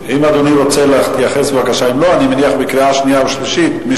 אני רק נתתי את הדוגמאות, לקריאה שנייה ושלישית.